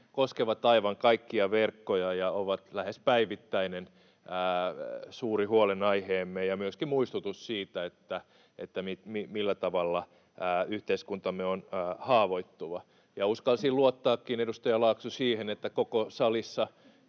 koskevat aivan kaikkia verkkoja ja ovat lähes päivittäinen suuri huolenaiheemme ja myöskin muistutus siitä, millä tavalla yhteiskuntamme on haavoittuva. Uskalsin luottaakin, edustaja Laakso, siihen, että koko salissa